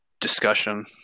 discussion